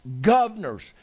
governors